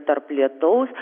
tarp lietaus